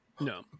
No